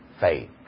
Faith